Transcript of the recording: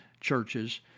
churches